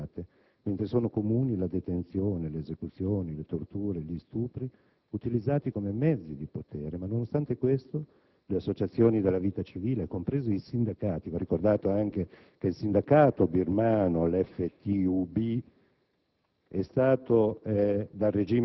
persone spesso obbligate a deportazioni forzate in un Paese in cui sono comuni la detenzione, le esecuzioni, le torture, gli stupri che vengono utilizzati come mezzi di potere. Nonostante questo, le associazioni della vita civile, compresi i sindacati (va ricordato che il sindacato birmano, l'FTUB,